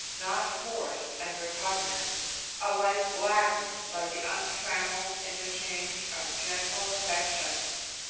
not forced and repugnant a life gladdened by the untrammelled interchange of gentle affections,